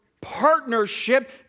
partnership